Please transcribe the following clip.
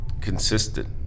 consistent